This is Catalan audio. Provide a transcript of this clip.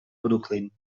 brooklyn